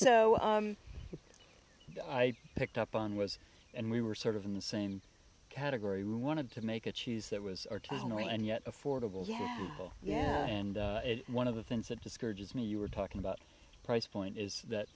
so i picked up on was and we were sort of in the same category we wanted to make a cheese that was our town and yet affordable yeah yeah and one of the things that discourages me you were talking about price point is that